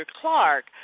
Clark